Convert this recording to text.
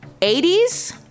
80s